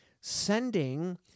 Sending